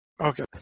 Okay